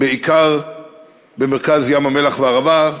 בעיקר במרכז ים-המלח והערבה,